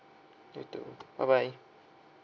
you too bye bye